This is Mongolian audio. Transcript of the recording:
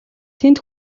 тэнд